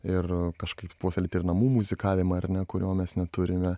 ir kažkaip puoselėti ir namų muzikavimą ar ne kurio mes neturime